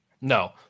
No